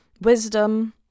wisdom